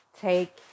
take